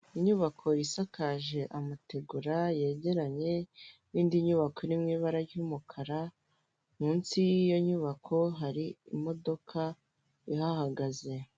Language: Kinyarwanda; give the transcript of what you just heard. Inyubako isakaje amategura yegeranye n'indi nyubako iri mu ibara ry'umukara, munsi y'iyo nyubako hari imodoka ihahagaze.